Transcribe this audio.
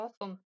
awesome